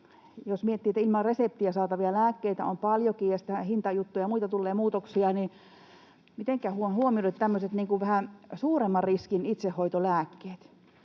Jos miettii, että ilman reseptiä saatavia lääkkeitä on paljonkin ja sitten hintajuttuihin ja muihin tulee muutoksia, niin mitenkä huomioidaan tämmöiset vähän suuremman riskin itsehoitolääkkeet?